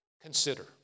consider